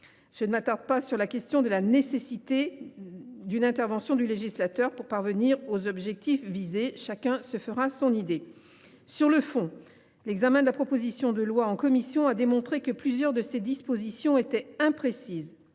Je ne m’attarde pas sur la question de la nécessité d’une intervention du législateur pour parvenir aux objectifs visés – chacun se fera son idée. Sur le fond, l’examen de la proposition de loi en commission a démontré que plusieurs de ses dispositions étaient imprécises,